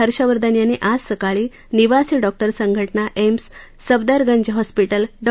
हर्षवर्धन यांनी आज सकाळी निवासी डॉक्टर्स संघटना एम्स् सफदरगंज हॉस्पिटल डॉ